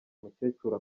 mukecuru